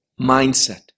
mindset